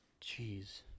Jeez